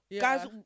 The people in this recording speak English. Guys